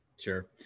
Sure